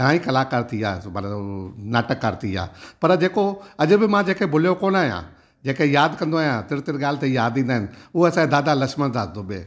घणेई कलाकार थी वियासीं नाटककार थी विया पर जेको अॼ बि मां जेके भुलियो कोन्ह आहियां जेके यादि कंदो आहियां तुर तुर ॻाल्हि ते यादि ईंदा आहिनि उहो असांजे दादा लक्ष्मन दास डुबे